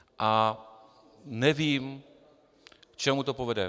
A nevím, k čemu to povede.